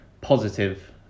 positive